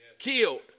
killed